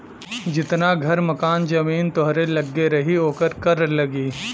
जितना घर मकान जमीन तोहरे लग्गे रही ओकर कर लगी